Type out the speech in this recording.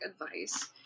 advice